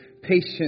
patient